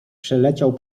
przeleciał